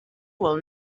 will